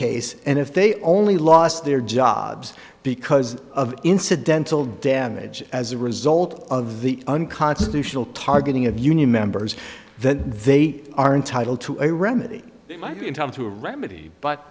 case and if they only lost their jobs because of incidental damage as a result of the unconstitutional targeting of union members then they are entitled to a remedy might be in time to remedy but